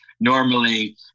Normally